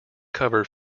cover